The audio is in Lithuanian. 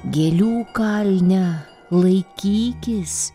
gėlių kalne laikykis